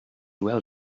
well